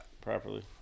properly